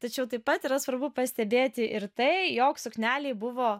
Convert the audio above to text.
tačiau taip pat yra svarbu pastebėti ir tai jog suknelei buvo